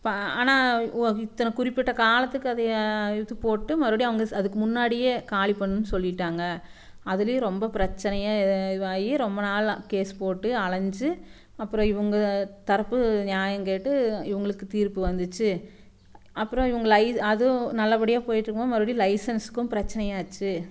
இப்போ ஆனால் இத்தனை குறிப்பிட்ட காலத்துக்கு அதையை இது போட்டு மறுபடியும் அவங்க அதுக்கு முன்னாடியே காலி பண்ணணுன்னு சொல்லிட்டாங்க அதுலேயும் ரொம்ப பிரச்சனயே இதுவாகி ரொம்ப நாளாக கேஸ் போட்டு அலைஞ்சு அப்புறம் இவங்க தரப்பு நியாயம் கேட்டு இவங்களுக்கு தீர்ப்பு வந்துச்சு அப்புறம் இவங்கள ஐ அதுவும் நல்லபடியாக போயிட்டுருக்கும் போது மறுபடி லைசன்ஸ்கும் பிரச்சனையாச்சு